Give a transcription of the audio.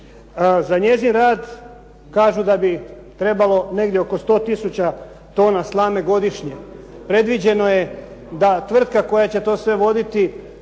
Za njezin rad kažu da bi trebalo negdje oko 100 tisuća tona slame godišnje. Predviđeno je da tvrtka koja će to sve voditi